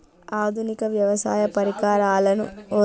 ఆధునిక వ్యవసాయ పరికరాలను వాడటం ద్వారా పెట్టుబడులు తగ్గుతయ?